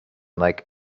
like